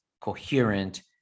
coherent